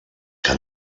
que